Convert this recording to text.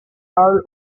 earl